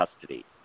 custody